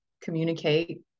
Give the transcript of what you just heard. communicate